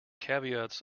caveats